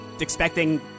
expecting